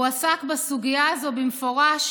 והוא עסק בסוגיה הזאת במפורש